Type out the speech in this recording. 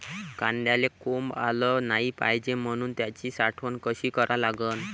कांद्याले कोंब आलं नाई पायजे म्हनून त्याची साठवन कशी करा लागन?